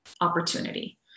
opportunity